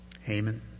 Haman